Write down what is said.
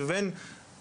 לבין